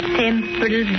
temple